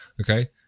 okay